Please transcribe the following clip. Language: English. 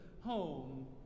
home